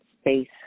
space